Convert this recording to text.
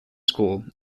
school